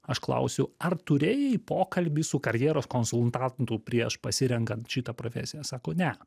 aš klausiu ar turėjai pokalbį su karjeros konsultantu prieš pasirenkant šitą profesiją sako ne